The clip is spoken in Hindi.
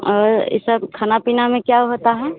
और यह सब खाना पीना में क्या होता है